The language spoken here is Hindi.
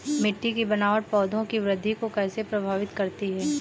मिट्टी की बनावट पौधों की वृद्धि को कैसे प्रभावित करती है?